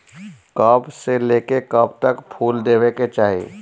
कब से लेके कब तक फुल देवे के चाही?